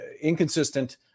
inconsistent